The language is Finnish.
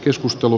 joskus l